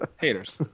Haters